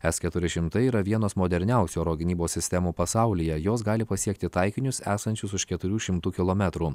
s keturi šimtai yra vienos moderniausių oro gynybos sistemų pasaulyje jos gali pasiekti taikinius esančius už keturių šimtų kilometrų